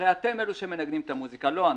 הרי אתם אלה שמנגנים את המוזיקה, לא אנחנו.